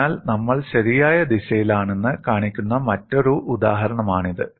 അതിനാൽ നമ്മൾ ശരിയായ ദിശയിലാണെന്ന് കാണിക്കുന്ന മറ്റൊരു ഉദാഹരണമാണിത്